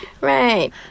Right